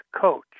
coach